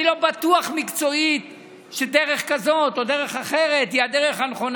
אני לא בטוח מקצועית שדרך כזאת או דרך אחרת היא הדרך הנכונה.